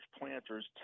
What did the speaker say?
planters